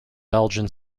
belgian